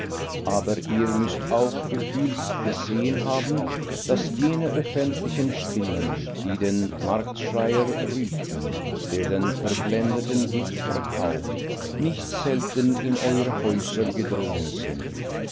aber ihr müßt auch gefühlt gesehen haben daß jene öffentlichen stimmen die den marktschreier rügten der den verblendeten gift verkauft nicht selten in eure häuser gedrungen sind